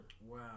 Wow